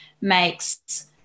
makes